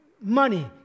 money